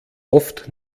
oft